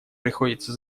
приходится